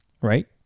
Right